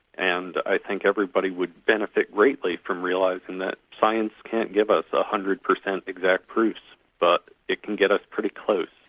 and i think everybody would benefit greatly from realising that science can't give us one ah hundred percent exact proofs, but it can get us pretty close.